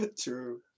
True